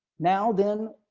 now then,